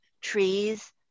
trees